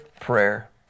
prayer